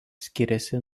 skiriasi